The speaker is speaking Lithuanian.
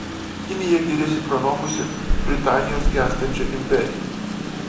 kinija giriasi pranokusi britanijos gęstančią imperiją